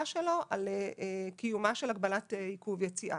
שלו על קיומה של הגבלת עיכוב יציאה.